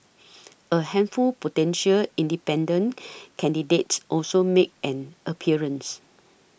a handful potential independent candidates also made an appearance